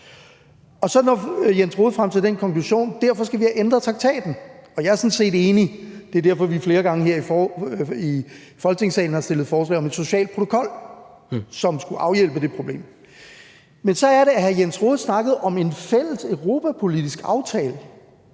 Så når Jens Rohde frem til den konklusion: Derfor skal vi have ændret traktaten. Og jeg er sådan set enig. Det er derfor, at vi flere gange her i Folketingssalen har fremsat forslag om en social protokol, som skulle afhjælpe det problem. Men så er det, at hr. Jens Rohde snakkede om fælles europapolitisk aftale,